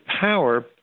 power